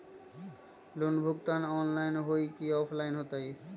Loan भुगतान online होतई कि ऑफलाइन होतई?